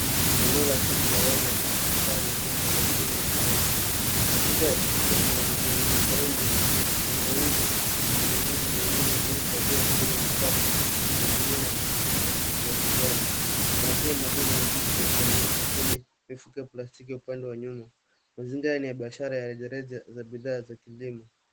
Eneo la soko la wazi ambapo bidha ana viungo vinauzwa. Katika picha kuna vitunguu saumu, tangawizi na mizizi mingine iliyohifadhiwa kwenye vikapu, magunia na kreti za plastiki za kijani. Kuna pia majani mabichi yamewekwa kwenye mifuko ya plastiki upande wa nyuma. Mazingira ni ya biashara ya rejareja za bidhaa za kilimo.